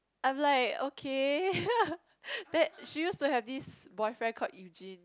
I'm like okay that she use to have this boyfriend called Eugene